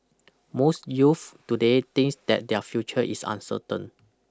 most youths today think that their future is uncertain